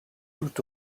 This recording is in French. tout